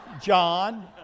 John